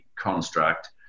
construct